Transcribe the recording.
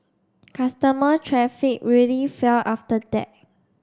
customer traffic really fell after that